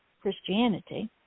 Christianity